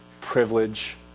privilege